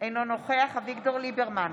אינו נוכח אביגדור ליברמן,